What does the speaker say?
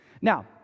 Now